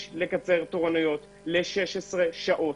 יש לקצר משכי תורנויות ל-16 שעות,